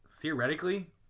Theoretically